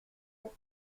deux